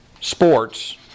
sports